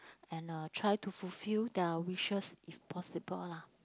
and uh try to fulfill their wishes if possible lah